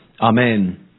Amen